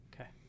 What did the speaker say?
Okay